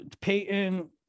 Peyton